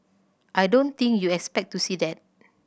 I don't think you'd expect to see that